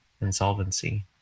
insolvency